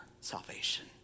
salvation